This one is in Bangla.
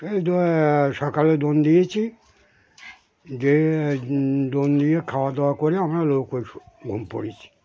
সেই সকালে দোন দিয়েছি দিয়ে ডোন দিয়ে খাওয়াদাওয়া করে আমরা নৌকোয় ঘুমিয়ে পড়েছি